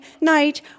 night